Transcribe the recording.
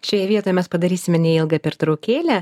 šiai vietai mes padarysime neilgą pertraukėlę